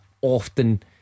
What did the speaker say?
often